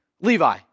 Levi